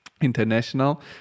international